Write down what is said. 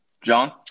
John